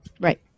Right